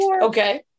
Okay